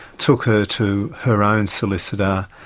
took her to her own solicitor,